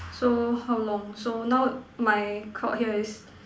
so how long so now my cord here is